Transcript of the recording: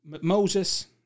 Moses